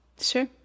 Sure